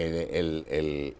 in a